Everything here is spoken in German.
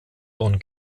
don